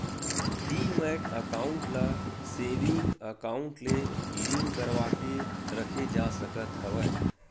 demat account ल saving account ले link करवाके रखे जा सकत हवय